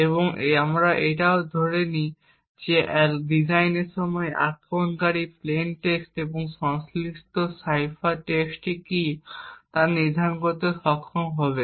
এবং আমরা এটাও ধরে নিই যে ডিজাইনের সময় আক্রমণকারী প্লেইন টেক্সট এবং সংশ্লিষ্ট সাইফার টেক্সট কী তা নির্ধারণ করতে সক্ষম হবে